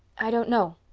i don't know.